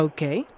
Okay